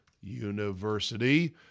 University